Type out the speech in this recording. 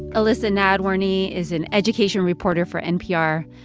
elissa nadworny is an education reporter for npr.